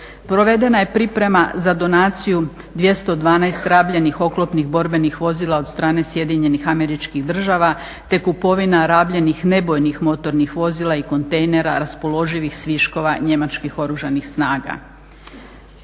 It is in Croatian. Provedena je priprema za donaciju 212 rabljenih oklopnih borbenih vozila od strane SAD-a te kupovina rabljenih nebojnih motornih vozila i kontejnera raspoloživih s viškova njemačkih oružanih snaga.